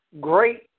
great